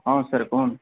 ହଁ ସାର୍ କୁହନ୍